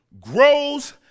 grows